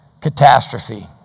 catastrophe